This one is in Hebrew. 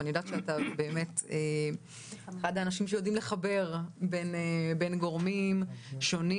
ואני יודעת שאתה באמת אחד האנשים שיודעים לחבר בין גורמים שונים,